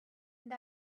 and